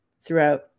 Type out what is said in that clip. throughout